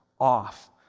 off